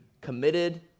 committed